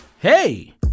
Hey